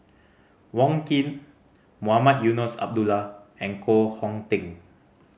Wong Keen Mohamed Eunos Abdullah and Koh Hong Teng